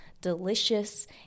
delicious